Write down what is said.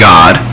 God